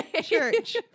church